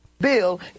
Bill